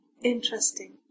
interesting